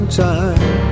time